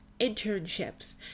internships